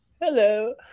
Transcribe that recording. hello